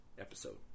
episode